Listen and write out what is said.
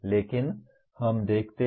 लेकिन हम देखते हैं